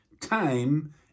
time